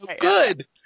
good